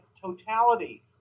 totality